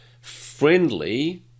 friendly